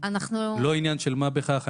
לא עניין של מה בכך.